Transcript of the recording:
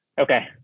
okay